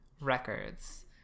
records